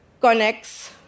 connects